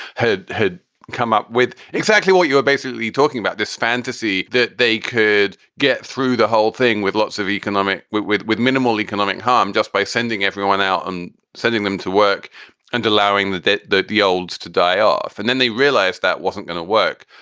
had had come up with exactly what you're basically talking about, this fantasy that they could get through the whole thing with lots of economic with with with minimal economic harm, just by sending everyone out and sending them to work and allowing that that the the old to die off. and then they realized that wasn't going to work.